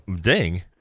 Ding